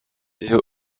est